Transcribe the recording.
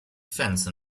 fence